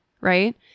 Right